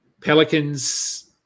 Pelicans